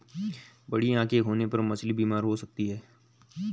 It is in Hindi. बड़ी आंखें होने पर मछली बीमार हो सकती है